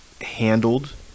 handled